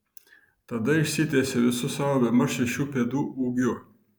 tada išsitiesė visu savo bemaž šešių pėdų ūgiu